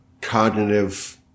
cognitive